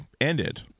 ended